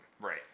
Right